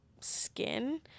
skin